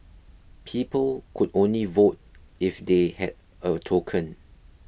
people could only vote if they had a token